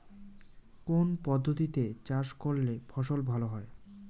কোন পদ্ধতিতে চাষ করলে ফসল ভালো হয়?